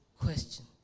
question